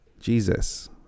Jesus